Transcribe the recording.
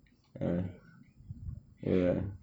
pandai pandai